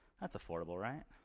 that's affordable, right?